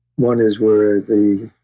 one is where the